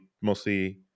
mostly